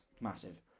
massive